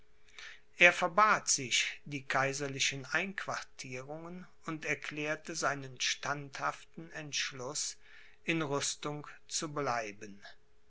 er verbat sich die kaiserlichen einquartierungen und erklärte seinen standhaften entschluß in rüstung zu bleiben